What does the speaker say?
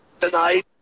tonight